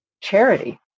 charity